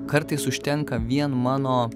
kartais užtenka vien mano